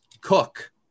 cook